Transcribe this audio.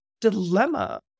dilemma